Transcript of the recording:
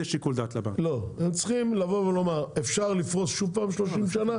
הם צריכים לבוא ולומר אפשר לפרוס שוב פעם ל-30 שנה,